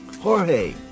Jorge